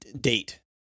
date